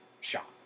shot